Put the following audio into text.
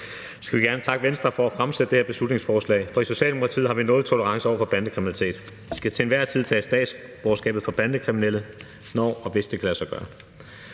vil gerne takke Venstre for at fremsætte det her beslutningsforslag, for i Socialdemokratiet har vi nultolerance over for bandekriminalitet. Vi skal til enhver tid tage statsborgerskabet fra bandekriminelle, når og hvis det kan lade sig gøre.